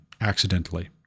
accidentally